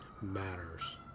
matters